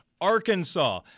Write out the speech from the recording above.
Arkansas